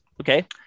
Okay